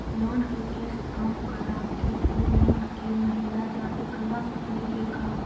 Loan के किस्त कम कराके औ लोन के महिना जादे करबा सकली हे का?